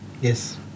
Yes